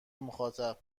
مخاطب